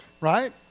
right